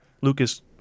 Lucas